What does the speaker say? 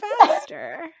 faster